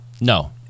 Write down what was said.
No